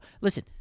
Listen